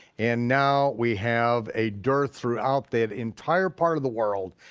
and now we have a dearth throughout that entire part of the world,